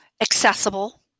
Accessible